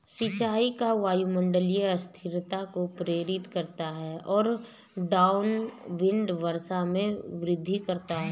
सिंचाई का वायुमंडलीय अस्थिरता को प्रेरित करता है और डाउनविंड वर्षा में वृद्धि करता है